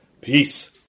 Peace